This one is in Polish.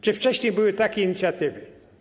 Czy wcześniej były takie inicjatywy?